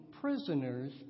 prisoners